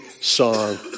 song